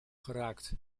geraakt